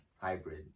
hybrid